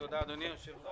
תודה, אדוני היושב-ראש,